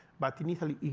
but in italy,